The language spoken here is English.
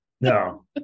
No